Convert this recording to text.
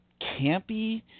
campy